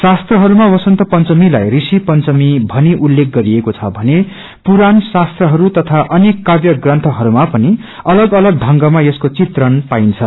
शास्त्रहरूमा वसन्त पंचमीलाई ऋषि पंचमी भनी उल्लेख गरिएको छ भने पुराण शास्त्रहरूमा तथा अनेक काव्य प्रन्थहरूमा पनि अलग अलग ढंगमा यसको धित्रण पाइन्छ